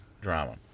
drama